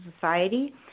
society